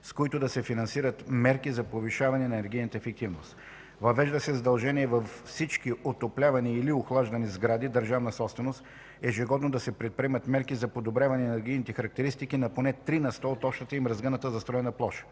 с които да се финансират мерки за повишаване на енергийната ефективност. Въвежда се задължение във всички отоплявани или охлаждани сгради – държавна собственост, ежегодно да се предприемат мерки за подобряване на енергийните характеристики на поне 3 на сто от общата им разгъната застроена площ.